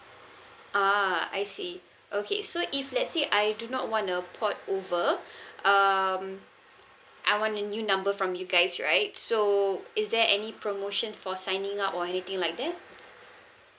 ah I see okay so if let's say I do not want to port over um I want a new number from you guys right so is there any promotion for signing up or anything like that